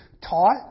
taught